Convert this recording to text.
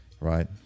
Right